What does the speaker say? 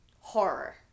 horror